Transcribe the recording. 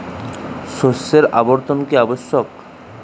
শস্যের আবর্তন কী আবশ্যক?